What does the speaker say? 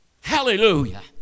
Hallelujah